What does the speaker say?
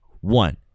One